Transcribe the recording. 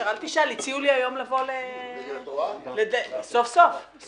אחד הדברים היפים שקרו בתאגיד, אני